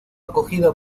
acogida